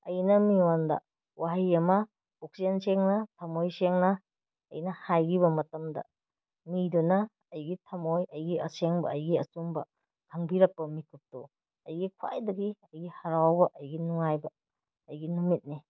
ꯑꯩꯅ ꯃꯤꯉꯣꯟꯗ ꯋꯥꯍꯩ ꯑꯃ ꯄꯨꯛꯆꯦꯟ ꯁꯦꯡꯅ ꯊꯝꯃꯣꯏ ꯁꯦꯡꯅ ꯑꯩꯅ ꯍꯥꯏꯈꯤꯕ ꯃꯇꯝꯗ ꯃꯤꯗꯨꯅ ꯑꯩꯒꯤ ꯊꯝꯃꯣꯏ ꯑꯩꯒꯤ ꯑꯁꯦꯡꯕ ꯑꯩꯒꯤ ꯑꯆꯨꯝꯕ ꯈꯪꯕꯤꯔꯛꯄ ꯃꯤꯀꯨꯞꯇꯣ ꯑꯩꯒꯤ ꯈ꯭ꯋꯥꯏꯗꯒꯤ ꯑꯩꯒꯤ ꯍꯔꯥꯎꯕ ꯑꯩꯒꯤ ꯅꯨꯡꯉꯥꯏꯕ ꯑꯩꯒꯤ ꯅꯨꯃꯤꯠꯅꯤ